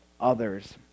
others